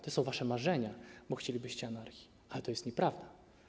To są wasze marzenia, bo chcielibyście anarchii, ale to jest nieprawda.